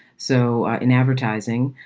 so in advertising.